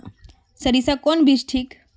सरीसा कौन बीज ठिक?